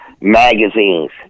magazines